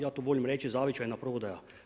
Ja to volim reći zavičajna prodaja.